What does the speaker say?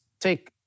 Take